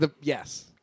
Yes